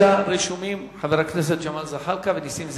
כרגע רשומים חברי הכנסת ג'מאל זחאלקה ונסים זאב.